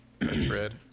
red